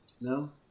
No